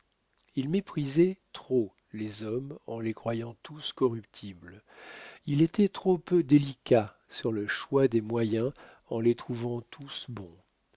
il méprisait trop les hommes en les croyant tous corruptibles il était trop peu délicat sur le choix des moyens en les trouvant tous bons